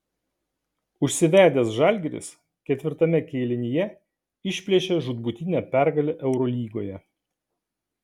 užsivedęs žalgiris ketvirtame kėlinyje išplėšė žūtbūtinę pergalę eurolygoje